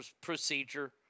procedure